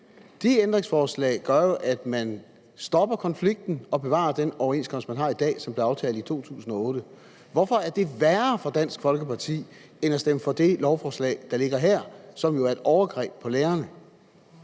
De ændringsforslag gør jo, at man stopper konflikten og bevarer den overenskomst, man har i dag, og som blev aftalt i 2008. Hvorfor er det værre for Dansk Folkeparti end at stemme for det lovforslag, der ligger her, og som jo er et overgreb på lærerne?